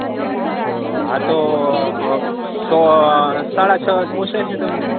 હાં તો અ તોહ સાડા છ પોસસે તમને